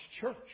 church